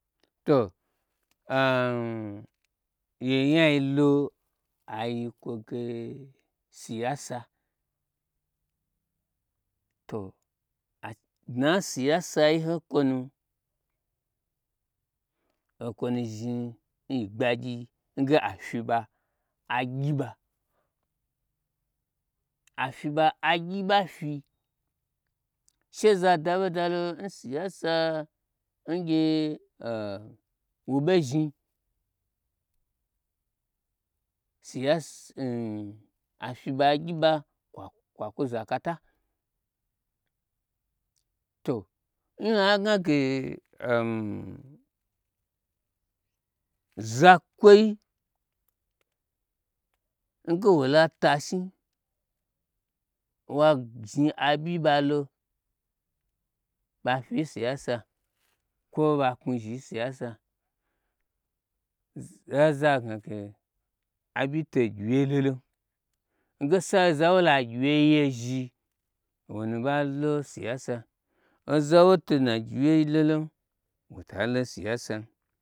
To yi nyai lo aiyi kwo ge siyasa to dna nsiyasa yi ho n kwo na okwonu zhni ngbagyi nge a fyi ba a gyiba, afyi ɓa agyi bafyi she za da ɓoda lo n siyasa ngye wa ɓei zhni afyi ɓa agyi ɓa kwakwa zo akata to n honya gnage zakwoii nge wola tashni wa zhni aɓyi ɓalo ɓa fyi siya sa kwo ɓa knwu zhi n siyasa. Oza gnage aɓyi to gyi wyei lolon nge sai oza n wola gyi wye yezhi owonu ɓalo siyasa oza nwoto nnagyi wyei lolon wota lo siyasa.